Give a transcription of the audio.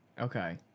Okay